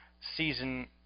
season